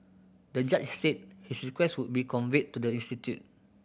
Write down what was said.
the judge said his request would be conveyed to the institute